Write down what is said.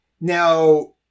Now